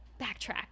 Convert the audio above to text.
backtrack